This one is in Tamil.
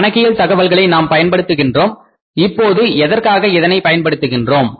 கணக்கியல் தகவல்களை நாம் பயன்படுத்துகின்றோம் இப்போது எதற்காக இதனை பயன்படுத்துகின்றோம்